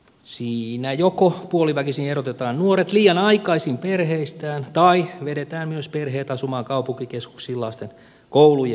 siinä joko puoliväkisin erotetaan nuoret liian aikaisin perheistään tai vedetään perheet asumaan kaupunkikeskuksiin lasten koulujen perässä